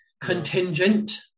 contingent